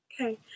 Okay